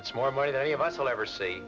it's more money than any of us will ever see